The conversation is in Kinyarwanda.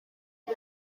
ubu